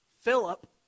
Philip